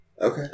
Okay